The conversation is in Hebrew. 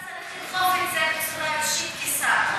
אתה צריך לדחוף את זה בצורה אישית, כשר.